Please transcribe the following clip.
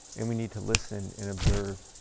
and we need to listen and observe,